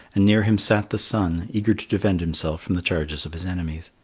and near him sat the sun, eager to defend himself from the charges of his enemies.